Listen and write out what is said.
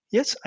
Yes